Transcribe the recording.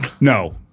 No